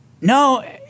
No